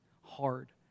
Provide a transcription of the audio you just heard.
hard